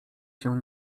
się